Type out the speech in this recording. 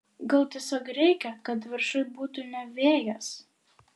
gal tiesiog reikia kad viršuj būtų ne vėjas